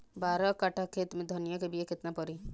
बारह कट्ठाखेत में धनिया के बीया केतना परी?